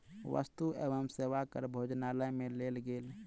वस्तु एवं सेवा कर भोजनालय में लेल गेल